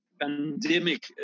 pandemic